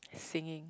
singing